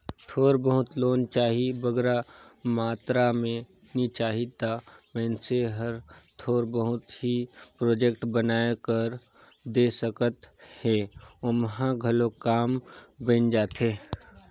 थोर बहुत लोन चाही बगरा मातरा में नी चाही ता मइनसे हर थोर बहुत ही प्रोजेक्ट बनाए कर दे सकत हे ओम्हां घलो काम बइन जाथे